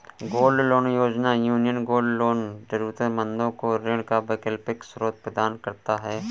gold loan योजना, union gold loan जरूरतमंदों को ऋण का वैकल्पिक स्रोत प्रदान करता है